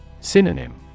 Synonym